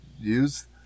use